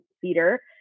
theater